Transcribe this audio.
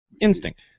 Instinct